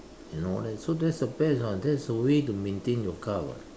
and all that so that's the best ah that's the way to maintain your car [what]